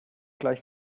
gleich